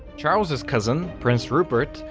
george's cousin, prince rupert,